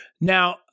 Now